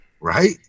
right